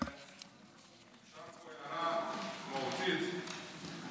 אפשר הערה מהותית?